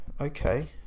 Okay